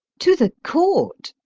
to the court!